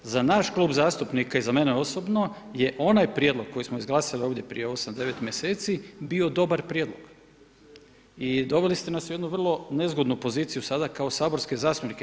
Za naš Klub zastupnika i mene osobno je onaj prijedlog koji smo izglasali ovdje prije 8, 9 mjeseci bio dobar prijedlog i doveli ste nas u jednu vrlo nezgodnu poziciju sada kao saborske zastupnike.